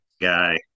guy